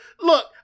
look